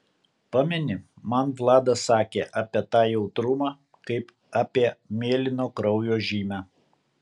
pameni man vladas sakė apie tą jautrumą kaip apie mėlyno kraujo žymę